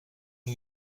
new